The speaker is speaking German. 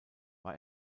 war